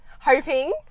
Hoping